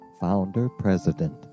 founder-president